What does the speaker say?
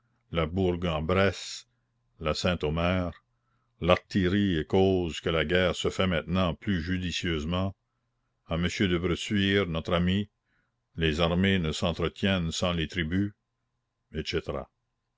la bourg en bresse la saint omer l'artillerie est cause que la guerre se fait maintenant plus judicieusement à m de bressuire notre ami les armées ne s'entretiennent sans les tributs